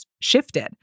shifted